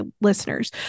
listeners